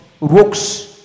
Rooks